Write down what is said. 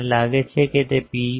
મને લાગે છે કે તમે પી